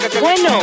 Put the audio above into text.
bueno